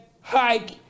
hike